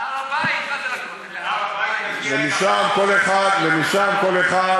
להר-הבית, מה זה לכותל?